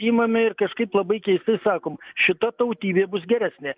imame ir kažkaip labai keistai sakom šita tautybė bus geresnė